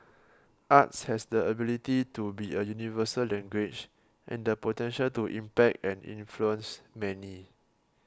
arts has the ability to be a universal language and the potential to impact and influence many